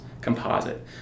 composite